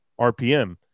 RPM